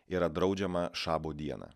yra draudžiama šabo dieną